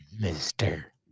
mister